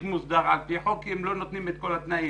מוסדרת על פי חוק כי לא נותנים את כל התנאים.